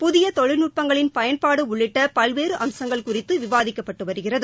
புதிய தொழில்நுடபங்களின் பயன்பாடு உள்ளிட்ட பல்வேறு அம்சங்கள் குறித்து விவாதிக்கப்பட்டு வருகிறது